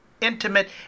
intimate